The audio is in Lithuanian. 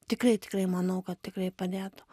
tikrai tikrai manau kad tikrai padėtų